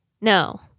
No